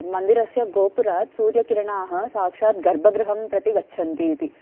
मन्दिरस्य गोपुरात् सूर्यकिरणाः साक्षात् गर्भगृहं प्रति गच्छन्ति इति